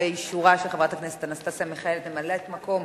באישורה של חברת הכנסת אנסטסיה מיכאלי, ממלאת-מקום